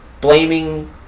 blaming